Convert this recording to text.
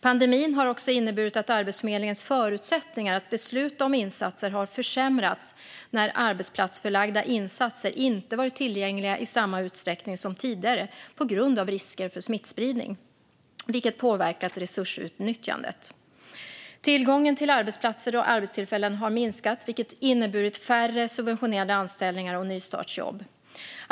Pandemin har också inneburit att Arbetsförmedlingens förutsättningar att besluta om insatser har försämrats när arbetsplatsförlagda insatser inte varit tillgängliga i samma utsträckning som tidigare på grund av risker för smittspridning, vilket påverkat resursutnyttjandet. Tillgången till arbetsplatser och arbetstillfällen har minskat, vilket inneburit färre subventionerade anställningar och nystartsjobb.